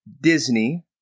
Disney